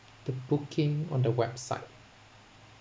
the booking on the website